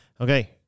Okay